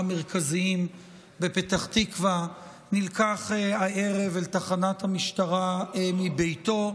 המרכזיים בפתח תקווה נלקח הערב אל תחנת המשטרה מביתו.